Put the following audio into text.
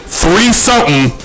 three-something